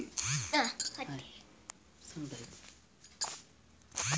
chartered accountant ಗಳು ವ್ಯಾಪಾರದಲ್ಲಿ ಬರುವ ತೆರಿಗೆ, ಲೆಕ್ಕಪತ್ರಗಳ ವ್ಯವಹಾರಗಳನ್ನು ನೋಡಿಕೊಳ್ಳುತ್ತಾರೆ